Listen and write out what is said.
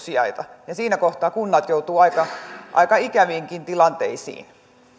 sijaita siinä kohtaa kunnat joutuvat aika aika ikäviinkin tilanteisiin